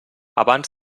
abans